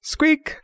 Squeak